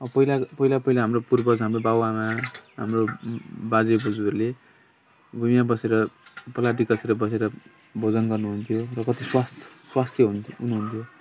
अब पहिला पहिला पहिला हाम्रो पूर्वज हाम्रो बाबुआमा हाम्रो बाजेबोजूहरूले भुइँमा बसेर पलैँटी कसेर बसेर भोजन गर्नुहुन्थ्यो र कति स्वस्थ स्वस्थ हुनु हुनुहुन्थ्यो